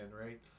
right